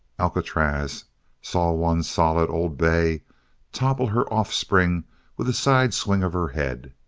alcatraz saw one solid old bay topple her offspring with a side-swing of her head.